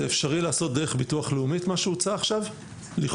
זה אפשרי לעשות את מה שהוצע עכשיו דרך ביטוח לאומי?